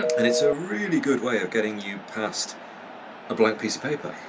and it's a really good way of getting you past a blank piece of paper.